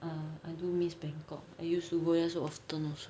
um I do miss bangkok I used to go there so often also